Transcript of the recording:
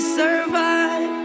survive